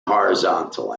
horizontal